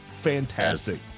fantastic